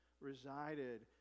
resided